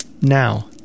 Now